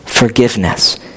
Forgiveness